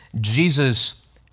Jesus